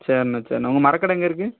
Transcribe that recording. சரிண்ணா சரிண்ணா உங்கள் மரக்கடை எங்கே இருக்குது